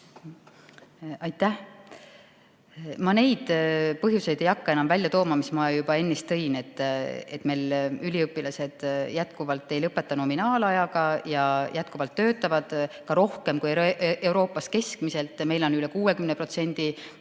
Aitäh! Ma neid põhjuseid ei hakka enam välja tooma, mis ma juba ennist tõin, et meie üliõpilased endiselt ei lõpeta nominaalajaga ja töötavad rohkem kui Euroopas keskmiselt. Meil üle 60%